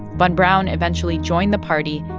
von braun eventually joined the party,